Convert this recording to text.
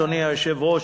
אדוני היושב-ראש,